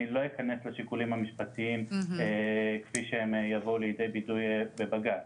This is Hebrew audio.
אני לא אכנס לשיקולים המשפטיים כפי שהם יבואו לידי ביטוי בבג"צ.